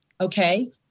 Okay